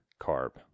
carb